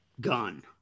gun